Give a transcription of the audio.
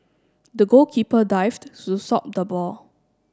the goalkeeper dived to stop the ball